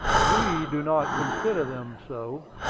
we do not consider them so.